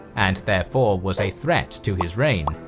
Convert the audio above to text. and therefore was a threat to his reign,